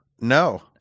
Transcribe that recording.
No